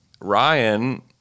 Ryan